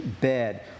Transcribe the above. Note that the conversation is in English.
bed